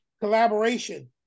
collaboration